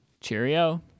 cheerio